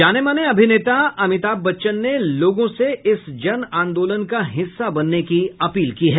जाने माने अभिनेता अमिताभ बच्चन ने लोगों से इस जन आंदोलन का हिस्सा बनने की अपील की है